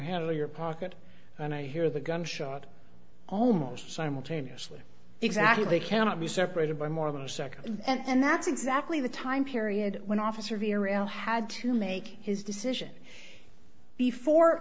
handle your pocket and i hear the gunshot almost simultaneously exactly they cannot be separated by more than a second and that's exactly the time period when officer virile had to make his decision before